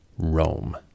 Rome